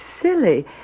silly